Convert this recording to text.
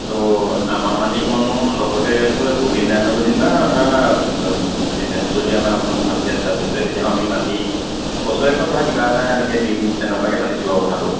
তো আমাৰ মাটিকনো লগতে লৈ বুধিনহেঁতকো জেনিবা আৰু ধৰা বিজনেছটো যদি আমাৰ অকণমান ভালকৈ এষ্টাবলিছ হয় তেতিয়া আমি মাটি বছৰেকত ধৰা কিবা এটা এনেকৈ দিম তেনেকুৱাকৈ পাতিছোঁ আৰু কথাটো